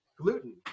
gluten